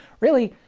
really,